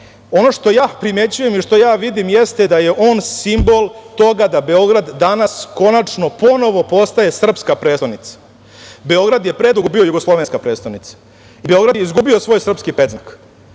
Ono što ja primećujem i što ja vidim jeste da je on simbol toga da Beograd danas konačno ponovo postaje srpska prestonica. Beograd je predugo bio jugoslovenska prestonica i Beograd je izgubio svoj srpski predznak.